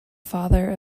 father